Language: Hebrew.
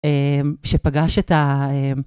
שפגש את הה...